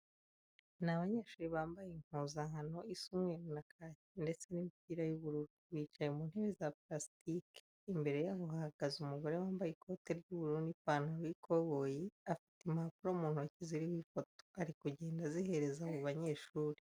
Ni abanyeshuri bambaye impuzankano isa umweru na kake ndetse n'imipira y'ubururu, bicaye mu ntebe za parasitike. Imbere yabo hahagaze umugore wambaye ikote ry'ubururu n'ipantaro y'ikoboyi, afite impapuro mu ntoki ziriho ifoto, ari kugenda azihereza abo banyeshuri.